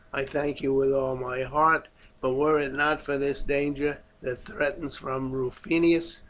i thank you with all my heart but were it not for this danger that threatens from rufinus,